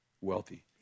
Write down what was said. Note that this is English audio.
wealthy